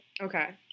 Okay